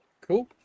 Cool